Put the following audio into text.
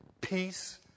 peace